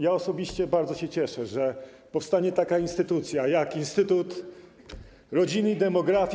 Ja osobiście bardzo się cieszę, że powstanie taka instytucja jak instytut rodziny i demografii.